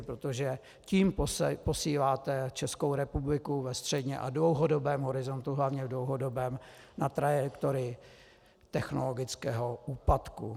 Protože tím posíláte Českou republiku ve středně a dlouhodobém horizontu, hlavně dlouhodobém, na trajektorii technologického úpadku.